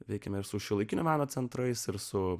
veikiame ir su šiuolaikinio meno centrais ir su